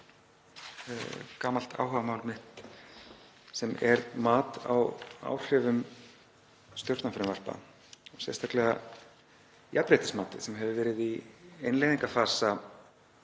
gamalt áhugamál mitt sem er mat á áhrifum stjórnarfrumvarpa, sérstaklega jafnréttismatið sem hefur verið í innleiðingarfasa